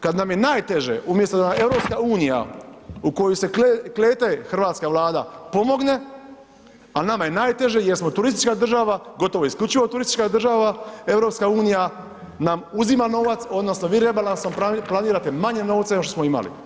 Kada nam je najteže umjesto da nam EU u koju se klela hrvatska Vlada pomogne, a nama je najteže jer smo turistička država, gotovo isključivo turistička država, EU nam uzima novac odnosno vi rebalansom planirate manje novaca nego što smo imali.